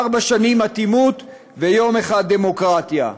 ארבע שנים אטימות ויום אחד דמוקרטיה.